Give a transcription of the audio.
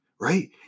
right